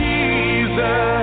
Jesus